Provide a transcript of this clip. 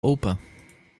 open